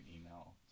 email